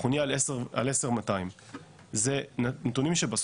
אנחנו נהיה על 10,200. אלו נתונים שבסוף